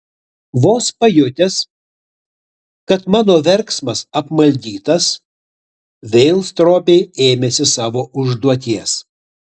vos pajutęs kad mano verksmas apmaldytas vėl stropiai ėmėsi savo užduoties